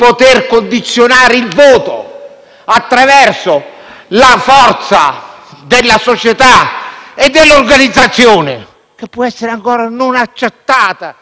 attraverso la forza della società e dell'organizzazione. Può essere ancora non accertata la sua appartenenza.